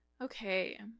Okay